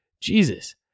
Jesus